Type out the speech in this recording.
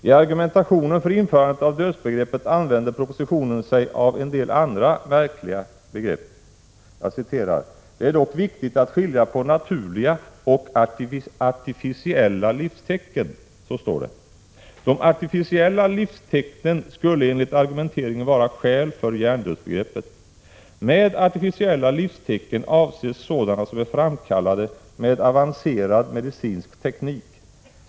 I argumentationen för införandet av hjärndödsbegreppet använder man sigi propositionen av en del andra märkliga begrepp: ”Det är dock viktigt att skilja på naturliga och artificiella livstecken”, heter det. De ”artificiella livstecknen” skulle enligt argumenteringen vara skäl för hjärndödsbegreppet. Med ”artificiella livstecken” avses sådana som är framkallade med avancerad medicinsk teknik.